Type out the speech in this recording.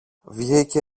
βγήκε